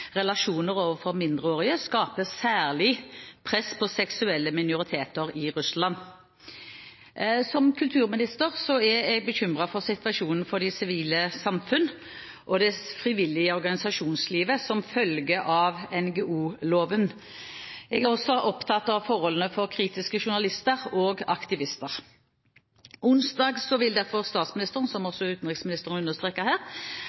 relasjoner overfor mindreårige skaper særlig press på seksuelle minoriteter i Russland. Som kulturminister er jeg bekymret for situasjonen for det sivile samfunnet og det frivillige organisasjonslivet som følge av NGO-loven. Jeg er også opptatt av forholdene for kritiske journalister og aktivister. Onsdag vil derfor statsministeren og jeg – som